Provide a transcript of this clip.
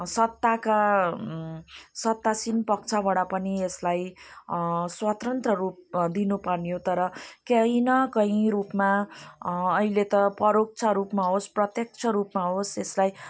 सत्ताका सत्तासीन पक्षबाट पनि यसलाई स्वतन्त्र रूप दिनुपर्ने हो तर कहीँ न कहीँ रूपमा अहिले त परोक्ष रूपमा होस् प्रत्यक्ष रूपमा होस् यसलाई